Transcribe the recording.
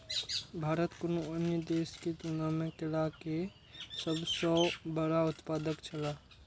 भारत कुनू अन्य देश के तुलना में केला के सब सॉ बड़ा उत्पादक छला